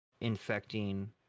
infecting